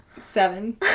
Seven